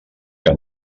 que